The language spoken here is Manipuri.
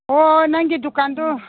ꯍꯣ ꯅꯪꯒꯤ ꯗꯨꯀꯥꯟꯗꯨ